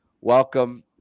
welcome